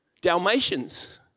Dalmatians